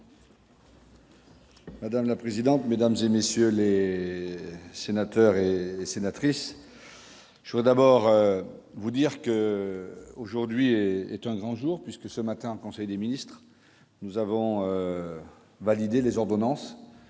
Madame la présidente, mesdames et messieurs les sénateurs et sénatrices je voudrais d'abord vous dire qu'aujourd'hui est un grand jour, puisque ce matin en conseil des ministres nous avons validé les ordonnances